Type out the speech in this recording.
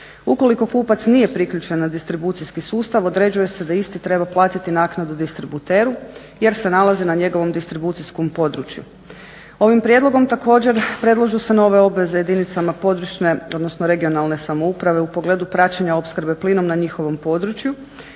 Ukoliko kupac nije priključen na distribucijski sustav određuje se da isti treba platiti naknadu distributeru jer se nalazi na njegovom distribucijskom području. Ovim prijedlogom također predlažu se nove obveze jedinicama područne odnosno regionalne samouprave u pogledu praćenja opskrbe plinom na njihovom području